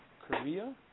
Korea